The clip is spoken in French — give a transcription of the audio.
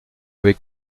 avait